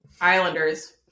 Islanders